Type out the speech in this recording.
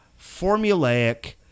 formulaic